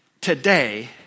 today